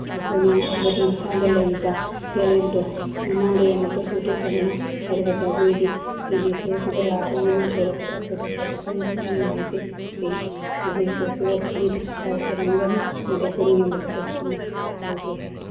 ꯃꯈꯣꯏꯅ ꯍꯥꯏꯕꯗꯤ ꯃꯁꯥꯗ ꯂꯩꯔꯤꯕ ꯇꯦꯂꯦꯟꯗꯣ ꯃꯃꯥꯡꯗꯒꯤꯁꯨ ꯑꯃꯨꯛꯇ ꯎꯠꯊꯣꯛꯇꯕꯅ ꯍꯥꯏꯔꯤꯕ ꯖꯒꯣꯏꯒꯤ ꯇꯤ ꯚꯤ ꯁꯣꯁꯤꯗ ꯂꯥꯛꯑꯒ ꯃꯣꯏꯅ ꯎꯠꯊꯣꯛꯂꯛꯄꯗ ꯑꯩꯈꯣꯏꯗꯁꯨ ꯑꯗꯨꯛꯀꯤ ꯃꯇꯤꯛ ꯅꯨꯡꯉꯥꯏꯖꯩ ꯍꯥꯏꯗꯤ ꯃꯈꯣꯏꯗꯁꯨ ꯑꯗꯨꯛꯀꯤ ꯃꯇꯤꯛ ꯍꯔꯥꯎꯖꯔꯝꯒꯅꯤ ꯑꯃꯗꯤ ꯑꯩꯈꯣꯏꯅ ꯌꯦꯡꯕꯗꯁꯨ ꯑꯗꯨꯛꯀꯤ ꯃꯇꯤꯛ ꯍꯔꯥꯎꯖꯩ ꯍꯥꯏꯒꯦ